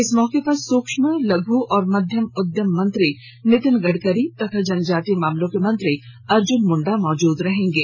इस मौके पर सूक्ष्म लघ् और मध्यम उद्यम मंत्री नितिन गडकरी और जनजातीय मामलों के मंत्री अर्जुन मुंडा मौजूद रहेंगे